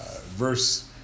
Verse